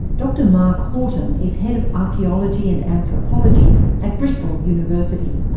dr mark horton is head of archaeology and anthropology at bristol university.